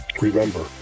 Remember